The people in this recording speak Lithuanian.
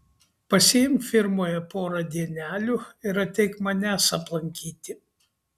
pasiimk firmoje porą dienelių ir ateik manęs aplankyti